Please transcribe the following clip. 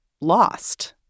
lost